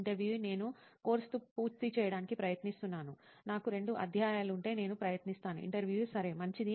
ఇంటర్వ్యూఈ నేను కోర్సు పూర్తి చేయడానికి ప్రయత్నిస్తాను నాకు రెండు అధ్యాయాలు ఉంటే నేను ప్రయత్నిస్తాను ఇంటర్వ్యూఈ సరే మంచిది